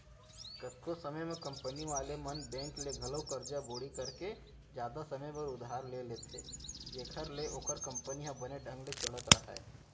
कतको समे म कंपनी वाले मन बेंक ले घलौ करजा बोड़ी करके जादा समे बर उधार ले लेथें जेखर ले ओखर कंपनी ह बने ढंग ले चलत राहय